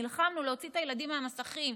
נלחמנו להוציא את הילדים מהמסכים,